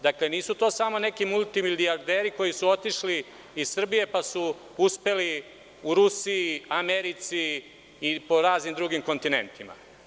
Dakle, nisu to samoneki multimilijarderi koji su otišli iz Srbije, pa su uspeli u Rusiji, Americi i po raznim drugim kontinentima.